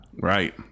Right